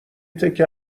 تکه